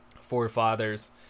forefathers